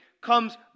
comes